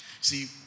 See